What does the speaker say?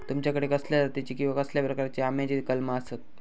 तुमच्याकडे कसल्या जातीची किवा कसल्या प्रकाराची आम्याची कलमा आसत?